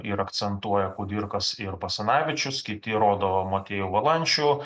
ir akcentuoja kudirkas ir basanavičius kiti rodo motiejų valančių